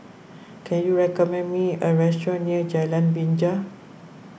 can you recommend me a restaurant near Jalan Binja